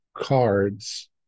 cards